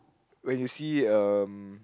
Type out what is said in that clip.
when you see um